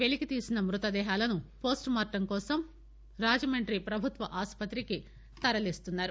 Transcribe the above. పెలికితీసిన మృతదేహాలను వోస్టుమార్టం కోసం రాజమండ్రి ప్రభుత్వ ఆస్పత్రికి తరలిస్తున్నారు